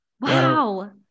Wow